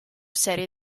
serie